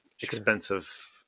expensive